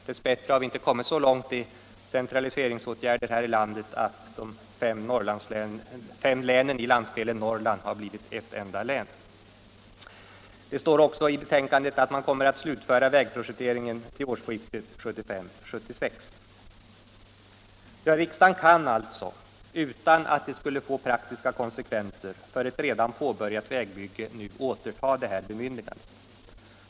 Dess bättre har vi inte kommit så långt med centraliseringsåtgärder här i landet att de fem länen i landsdelen Norrland har blivit ett enda län. Det uppges också i betänkandet att man kommer att slutföra vägprojekteringen vid årsskiftet 1975/76. Riksdagen kan alltså utan att det skulle få praktiska konsekvenser för ett redan påbörjat vägbygge återta sitt bemyndigande.